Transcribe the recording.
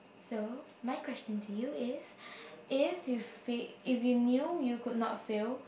so my question to you is if you fa~ if you knew you could not fail